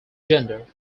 gender